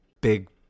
big